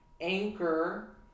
Anchor